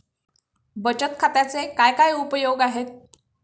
बचत खात्याचे काय काय उपयोग आहेत?